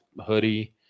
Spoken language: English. hoodie